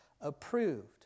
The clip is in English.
approved